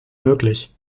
möglich